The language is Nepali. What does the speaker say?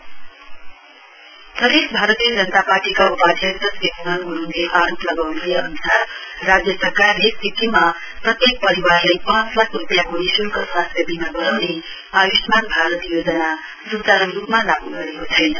बीजेपी प्रदेश भारतीय जनता पार्टीका उपाध्यक्ष श्री मोहन ग्रूङले आरोप लगाउन् भए अन्सार राज्य सरकारले सिक्किममा प्रत्येक परिवारलाई पाँच लाख रूपियाँको निश्ल्क स्वास्थ्य बीमा गराउने आय्ष्मान भारत योजना स्चारू रूपमा लागू गरेको छैन